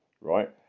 Right